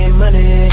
money